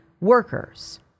workers